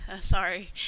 sorry